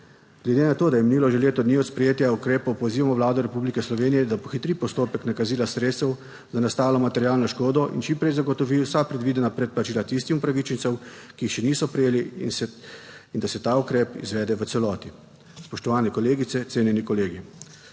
Glede na to, da je minilo že leto dni od sprejetja ukrepov, pozivamo Vlado Republike Slovenije, da pohitri postopek nakazila sredstev za nastalo materialno škodo in čim prej zagotovi vsa predvidena predplačila tistim upravičencem, ki jih še niso prejeli in da se ta ukrep izvede v celoti. Spoštovane kolegice, cenjeni kolegi!